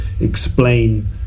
explain